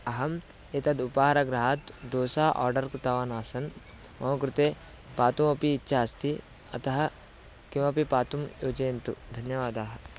अहम् एतद् उपहारगृहात् दोसा आर्डर् कृतवान् आसन् मम कृते पातुमपि इच्छा अस्ति अतः किमपि पातुं योजयन्तु धन्यवादाः